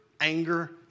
anger